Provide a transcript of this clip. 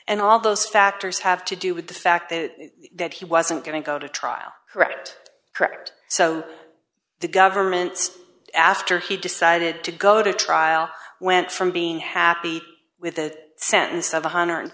and all those factors have to do with the fact that he wasn't going to go to trial correct correct so the government after he decided to go to trial went from being happy with that sentence of one hundred and